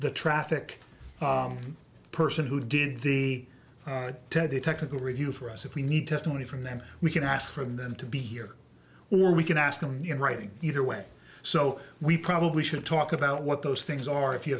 the traffic person who did the test the technical review for us if we need to do any from them we can ask for them to be here or we can ask them in writing either way so we probably should talk about what those things are if you